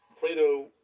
Plato